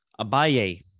Abaye